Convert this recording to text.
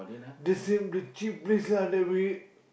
the Sim the cheap place lah that we